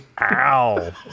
Ow